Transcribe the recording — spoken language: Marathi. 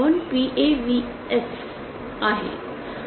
हे PLPAVS आहे